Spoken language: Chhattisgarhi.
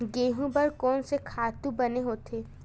गेहूं बर कोन से खातु बने होथे?